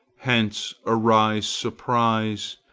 hence arise surprise,